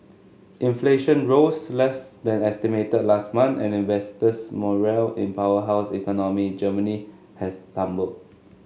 inflation rose less than estimated last month and investors morale in powerhouse economy Germany has tumbled